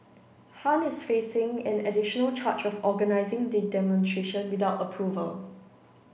Han is facing an additional charge of organising the demonstration without approval